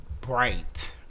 bright